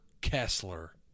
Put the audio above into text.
Kessler